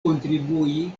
kontribui